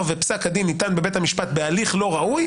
שפסק הדין ניתן בבית המשפט בהליך לא ראוי,